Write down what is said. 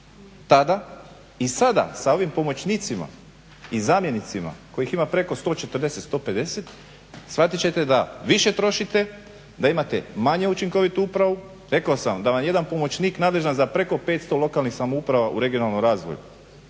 tada i sada sa ovim pomoćnicima i zamjenicima kojih ima preko 140, 150 shvatit ćete da više trošite, da imate manje učinkovitu upravu. Rekao sam vam da vam jedan pomoćnik nadležan za preko petsto lokalnih samouprava u regionalnom razvoju